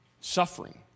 suffering